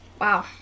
Wow